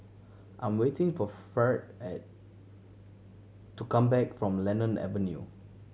I'm waiting for Ferd at to come back from Lemon Avenue